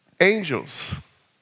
angels